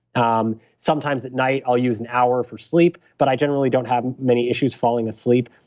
um sometimes at night, i'll use an hour for sleep, but i generally don't have many issues falling asleep.